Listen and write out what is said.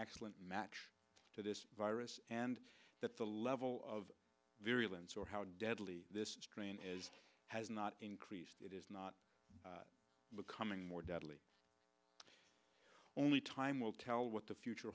excellent match to this virus and that the level of virulence or how deadly this strain is has not increased it is not becoming more deadly only time will tell what the future